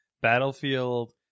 Battlefield